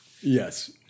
Yes